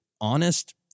honest